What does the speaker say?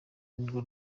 nirwo